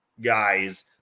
guys